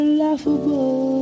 laughable